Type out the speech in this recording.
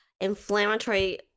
inflammatory